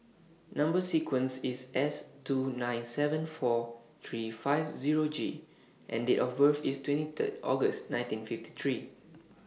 Number sequence IS S two nine seven four three five Zero G and Date of birth IS twenty Third August nineteen fifty three